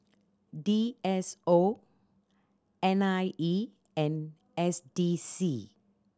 D S O N I E and S D C